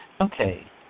Okay